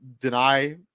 deny